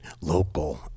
local